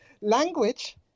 language